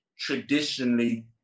traditionally